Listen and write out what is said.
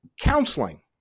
counseling